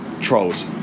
trolls